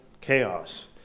chaos